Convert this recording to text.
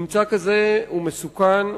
ממצא כזה הוא מסוכן,